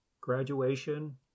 graduation